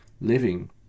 living